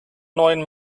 neuen